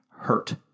hurt